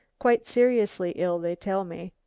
quite seriously ill, they tell me.